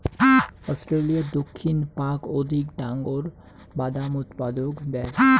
অস্ট্রেলিয়ার দক্ষিণ পাক অধিক ডাঙর বাদাম উৎপাদক দ্যাশ